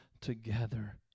together